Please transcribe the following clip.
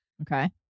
Okay